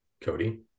Cody